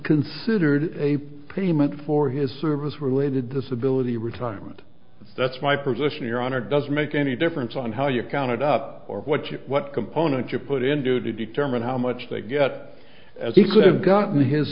considered a payment for his service related disability retirement that's my position your honor doesn't make any difference on how you counted up or what you what component you put into to determine how much they get as he could have gotten